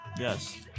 Yes